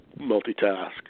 multitask